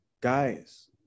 guys